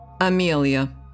Amelia